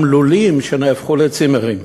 גם לולים נהפכו לצימרים.